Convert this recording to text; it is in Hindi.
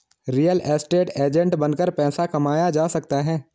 रियल एस्टेट एजेंट बनकर पैसा कमाया जा सकता है